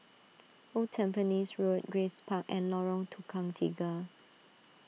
Old Tampines Road Grace Park and Lorong Tukang Tiga